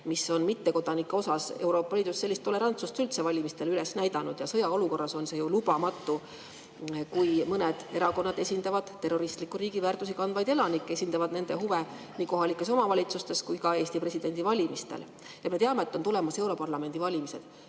üldse on mittekodanike suhtes sellist tolerantsust üles näidanud. Sõjaolukorras on see ju lubamatu, kui mõned erakonnad esindavad terroristliku riigi väärtusi kandvaid elanikke, nad esindavad nende huve nii kohalikes omavalitsustes kui ka Eesti presidendi valimistel. Ja me teame, et on tulemas europarlamendi valimised.